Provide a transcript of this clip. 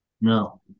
No